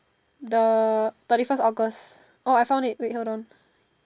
the thirty first August orh I found it wait hold on